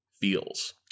feels